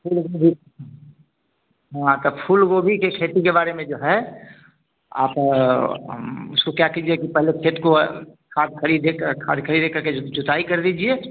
हाँ तो फूल गोभी के खेती के बारे में जो है आप उसको क्या कीजिए कि पहले खेत को खाद खरी दे कर खाद खरी दे करके जुताई कर दीजिए